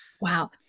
Wow